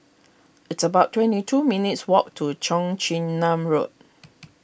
it's about twenty two minutes' walk to Cheong Chin Nam Road